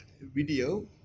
video